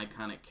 iconic